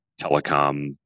telecom